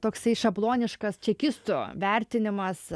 toksai šabloniškas čekistų vertinimas